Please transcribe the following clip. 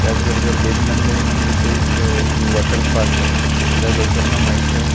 त्याचबरोबर वेदनंदिनी म्हणून इथं एक वॉटर पार्क आहे ज्या लोकांना माहीत आहे